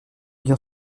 bien